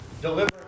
Deliver